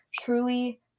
truly